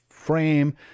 frame